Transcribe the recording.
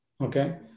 okay